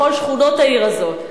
בכל שכונות העיר הזאת,